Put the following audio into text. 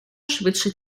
швидше